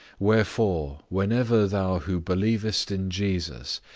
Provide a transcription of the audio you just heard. wherefore, whenever thou who believest in jesus,